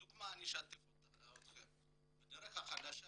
לדוגמה, ב"דרך החדשה"